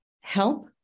help